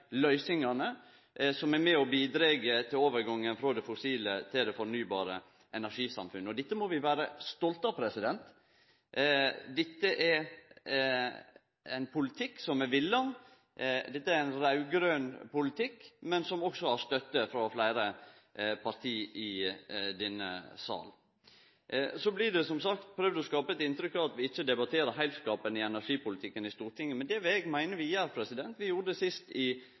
løysingane som er med og bidreg til overgangen frå det fossile til det fornybare energisamfunnet. Dette må vi vere stolte av. Dette er ein politikk som er vilja. Dette er ein raud-grøn politikk, men som også har støtte frå fleire parti i denne salen. Så blir det som sagt prøvd skapt eit inntrykk av at vi ikkje debatterer heilskapen i energipolitikken i Stortinget, men det vil eg meine at vi gjer. Vi gjorde det sist i